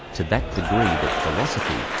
to that degree that philosophy,